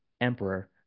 emperor